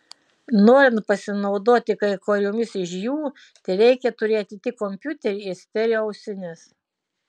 norint pasinaudoti kai kurioms iš jų tereikia turėti tik kompiuterį ir stereo ausines